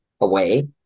away